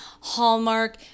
Hallmark